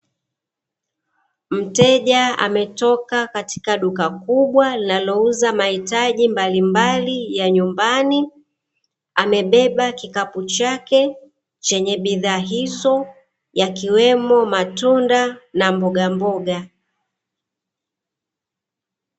Mteja ametoka katika duka kubwa linalouza mahitaji mbalimbali ya nyumbani, amebeba kikapu chake chenye bidhaa hizo yakiwemo matunda na mbogamboga.